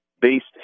based